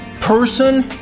person